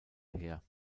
her